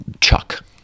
Chuck